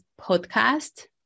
podcast